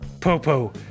Popo